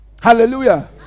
Hallelujah